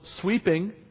sweeping